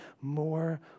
more